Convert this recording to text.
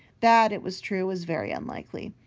that, it was true, was very unlikely.